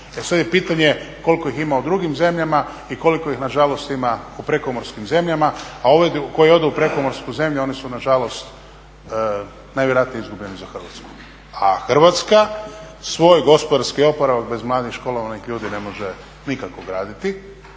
sad je pitanje koliko ih ima u drugim zemljama i koliko ih nažalost ima u prekomorskim zemljama, a ove koje odu u prekomorsku zemlju one su nažalost najvjerojatnije izgubljeni za Hrvatsku. A Hrvatska svoj gospodarski oporavak bez mladih školovanih ljudi ne može nikako graditi.